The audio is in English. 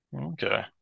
Okay